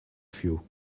few